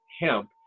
hemp